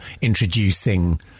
introducing